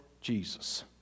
Jesus